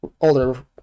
older